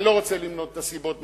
אני לא רוצה למנות את הסיבות,